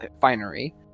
finery